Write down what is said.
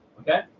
Okay